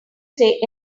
say